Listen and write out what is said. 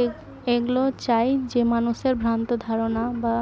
এই এইগুলো চাই যে মানুষের ভ্রান্ত ধারণা বা